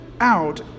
out